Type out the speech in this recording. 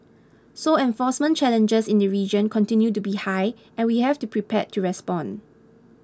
so enforcement challenges in the region continue to be high and we have to prepared to respond